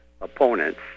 opponents